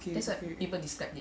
okay okay